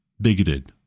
bigoted